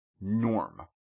norm